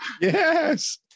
yes